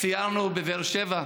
סיירנו בבאר שבע,